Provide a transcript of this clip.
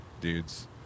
dudes